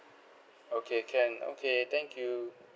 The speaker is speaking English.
okay can okay thank you